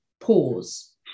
pause